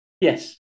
Yes